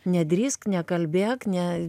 nedrįsk nekalbėk ne